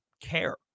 care